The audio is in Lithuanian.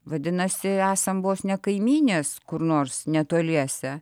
vadinasi esam vos ne kaimynės kur nors netoliese